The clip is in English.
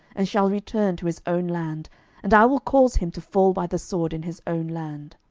and shall return to his own land and i will cause him to fall by the sword in his own land.